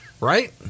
Right